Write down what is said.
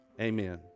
amen